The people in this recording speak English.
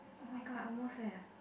oh-my-god I almost eh